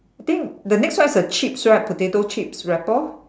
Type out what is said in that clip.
I think the next one is the chips right potato chips wrapper